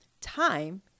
time